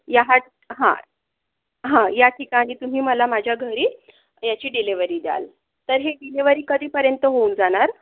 याहाट हा हं या ठिकाणी तुम्ही मला माझ्या घरी याची डिलिव्हरी द्यालं तर ही डिलिव्हरी कधीपर्यंत होऊन जाणार